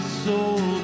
soul